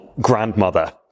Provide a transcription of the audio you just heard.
grandmother